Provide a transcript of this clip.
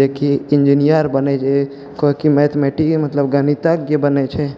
जेकि इन्जीनियर बनै जे कोइ कि मैथमेटी गणितज्ञ बनै छै